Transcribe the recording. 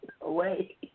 away